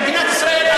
במדינת ישראל,